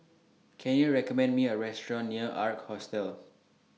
Can YOU recommend Me A Restaurant near Ark Hostel